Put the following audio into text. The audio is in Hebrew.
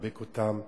יחבק אותם,